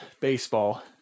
baseball